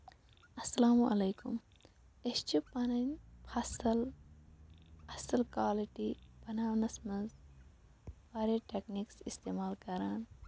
اَسلام علیکم أسۍ چھِ پَنٕنۍ فَصٕل اَصٕل کالٕٹی بَناونَس منٛز واریاہ ٹٮ۪کنِکٕس اِستعمال کران